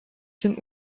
den